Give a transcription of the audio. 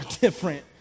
different